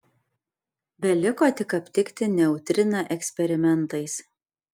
beliko tik aptikti neutriną eksperimentais